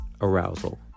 arousal